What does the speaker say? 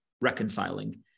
reconciling